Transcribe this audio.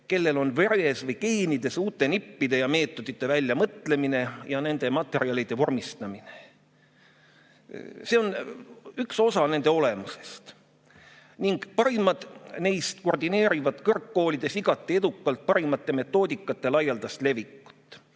kellel on veres või geenides uute nippide ja meetodite väljamõtlemine ja nende materjalide vormistamine. See on üks osa nende olemusest. Parimad neist koordineerivad kõrgkoolides igati edukalt parimate metoodikate laialdast levikut.